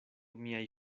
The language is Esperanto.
miaj